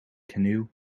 canoe